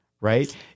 Right